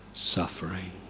suffering